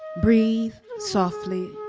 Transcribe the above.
breathe softly,